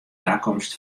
takomst